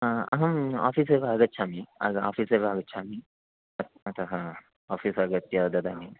अहम् आफीस् एव आगच्छामि आफीस् एव आगच्छामि अत् अतः आफीस् आगत्य ददामि